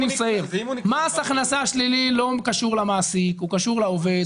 מס הכנסה שלילי לא קשור למעסיק אלא הוא קשור לעובד.